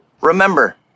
Remember